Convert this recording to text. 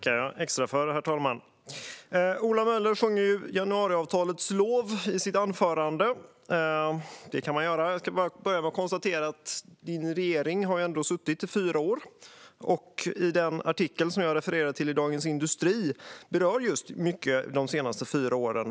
Herr talman! Ola Möller sjöng ju januariavtalets lov i sitt anförande, och det kan man göra. Jag kan bara börja med att konstatera att din regering ändå har suttit i fyra år, och den artikel som jag refererade till i Dagens industri berör mycket de senaste fyra åren.